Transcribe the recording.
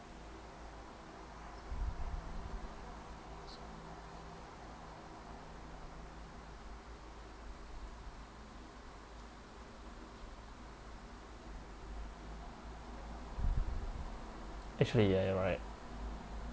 actually ya you're right